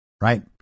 right